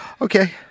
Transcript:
Okay